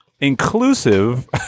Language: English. inclusive